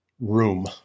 room